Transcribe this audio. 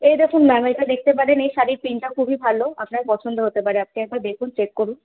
এই দেখুন ম্যাম এটা দেখতে পারেন এই শাড়ির প্রিন্টটা খুবই ভালো আপনার পছন্দ হতে পারে আপনি একবার দেখুন চেক করুন